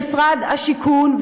במשרד השיכון,